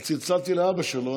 אז צלצלתי לאבא שלו,